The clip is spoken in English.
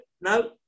No